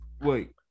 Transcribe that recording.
Wait